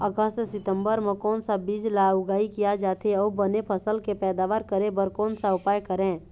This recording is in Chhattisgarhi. अगस्त सितंबर म कोन सा बीज ला उगाई किया जाथे, अऊ बने फसल के पैदावर करें बर कोन सा उपाय करें?